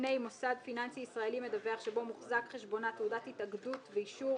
לפני מוסד פיננסי ישראלי מדווח שבו מוחזק חשבונה תעודת התאגדות ואישור